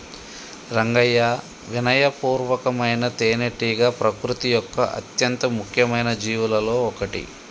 రంగయ్యా వినయ పూర్వకమైన తేనెటీగ ప్రకృతి యొక్క అత్యంత ముఖ్యమైన జీవులలో ఒకటి